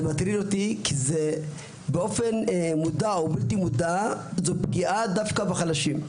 כי זה באופן מודע או בלתי מודע פגיעה בחלשים.